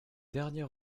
dernier